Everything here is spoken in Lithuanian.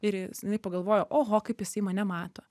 ir jinai pagalvojo oho kaip jisai mane mato